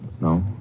No